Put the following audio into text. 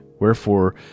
Wherefore